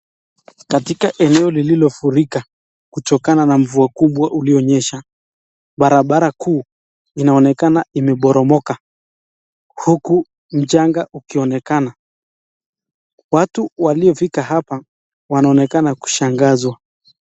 Katika eneo lililofurika kutokana na mvua kubwa ikionyesha. Barabara kuu inaonekana imeporomoka huku mchanga ikionekana. Watu waliofika hapa wanaonekana kushangazwa.